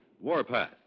Warpath